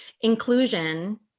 inclusion